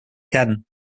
cannes